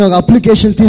application